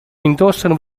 indossano